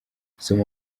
soma